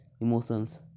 emotions